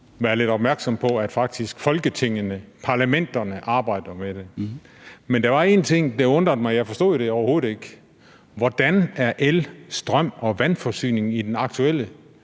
være lidt opmærksom på, at parlamenterne faktisk arbejder med det. Men der var en ting, der undrede mig, og jeg forstod det overhovedet ikke: Hvordan er el- og vandforsyningen i den aktuelle